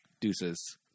deuces